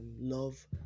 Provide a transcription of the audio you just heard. love